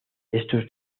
estos